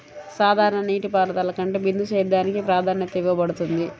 సాధారణ నీటిపారుదల కంటే బిందు సేద్యానికి ప్రాధాన్యత ఇవ్వబడుతుంది